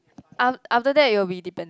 af~ after that you'll be dependent